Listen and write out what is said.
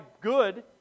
good